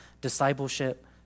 discipleship